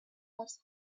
has